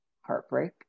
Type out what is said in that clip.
heartbreak